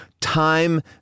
Time